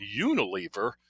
Unilever